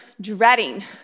dreading